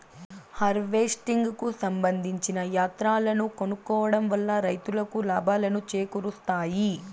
harvesting కు సంబందించిన యంత్రాలను కొనుక్కోవడం వల్ల రైతులకు లాభాలను చేకూరుస్తాయి